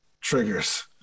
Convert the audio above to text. triggers